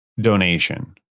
donation